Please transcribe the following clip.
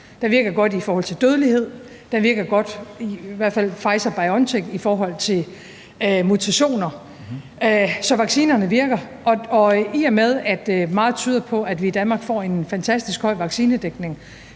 Den virker godt i forhold til dødelighed, den virker godt – i hvert fald Pfizer-BioNTech – i forhold til mutationer. Så vaccinerne virker, og i og med at meget tyder på, at vi i Danmark får en fantastisk høj vaccinedækning,